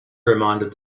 reminded